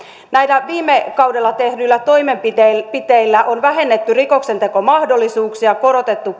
näillä viime kaudella tehdyillä toimenpiteillä on vähennetty rikoksentekomahdollisuuksia korotettu